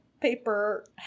paper